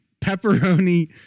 pepperoni